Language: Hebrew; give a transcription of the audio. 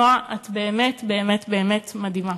נועה, את באמת באמת באמת מדהימה.